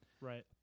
Right